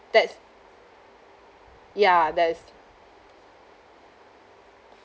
that's ya that is